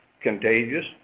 contagious